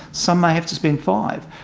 some have to spend five